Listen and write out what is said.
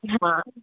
ಯಾವ